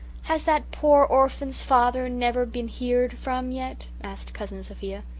has that pore orphan's father never been heerd from yet? asked cousin sophia.